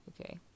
okay